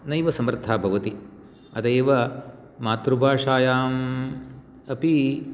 नैव समर्था भवति अतैव मातृभाषायाम् अपि